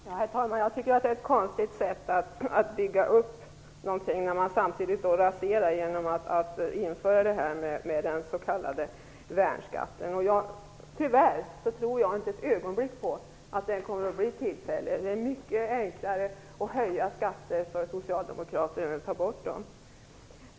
Herr talman! Jag tycker att det är ett konstigt sätt att bygga upp någonting när man samtidigt raserar genom att införa den s.k. värnskatten. Tyvärr tror jag inte ett ögonblick på att den kommer att bli tillfällig. Det är mycket enklare för socialdemokrater att höja skatter än att ta bort dem.